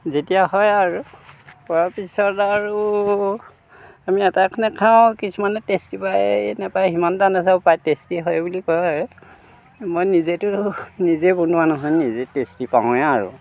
যেতিয়া হয় আৰু পৰাৰ পিছত আৰু আমি আটাইখনে খাওঁ কিছুমানে টেষ্টি পায় নাপায় সিমান এটা টেষ্টি হয় বুলি কয় মই নিজেটো নিজে বনোৱা নহয় নিজে টেষ্টি পাওঁয়েই আৰু